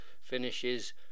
finishes